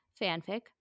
fanfic